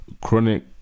Chronic